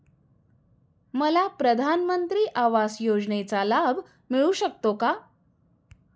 मला प्रधानमंत्री आवास योजनेचा लाभ मिळू शकतो का?